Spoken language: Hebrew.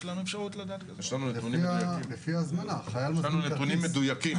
יש לנו נתונים מדויקים